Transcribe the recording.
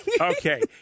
Okay